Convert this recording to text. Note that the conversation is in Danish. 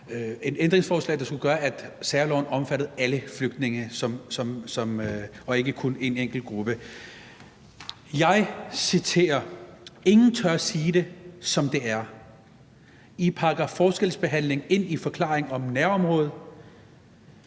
et ændringsforslag, der skulle gøre, at særloven omfattede alle flygtninge og ikke kun en enkelt gruppe. Jeg citerer: Ingen tør sige det, som det er. I pakker forskelsbehandling ind i forklaring om nærområde.